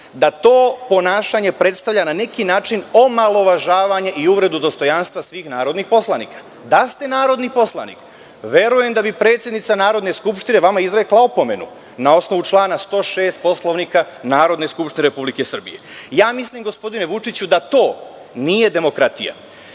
da to ponašanje predstavlja na neki način omalovažavanje i uvredu dostojanstva svih narodnih poslanika. Da ste narodni poslanik, verujem da bi predsednica Narodne skupštine vama izrekla opomenu na osnovu člana 106. Poslovnika Narodne skupštine Republike Srbije. Gospodine Vučiću, ja mislim da to nije demokratija. Treća